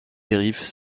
griffes